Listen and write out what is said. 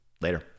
later